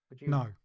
No